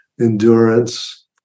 endurance